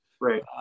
Right